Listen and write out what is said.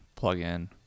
plugin